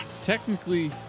Technically